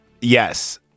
Yes